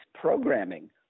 programming